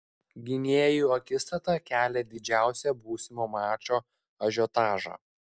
gynėjų akistata kelia didžiausią būsimo mačo ažiotažą